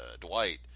Dwight –